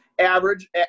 Average